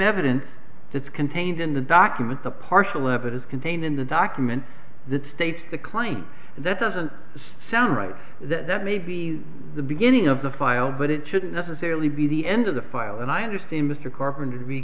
evidence that's contained in the documents the partial evidence contained in the document that states the client that doesn't sound right that that may be the beginning of the file but it shouldn't necessarily be the end of the file and i understand mr carpent